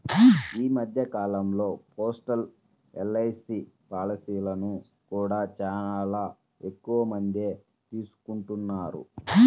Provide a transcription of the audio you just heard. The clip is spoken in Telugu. ఈ మధ్య కాలంలో పోస్టల్ ఎల్.ఐ.సీ పాలసీలను కూడా చాలా ఎక్కువమందే తీసుకుంటున్నారు